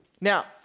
Now